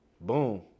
Boom